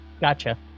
Gotcha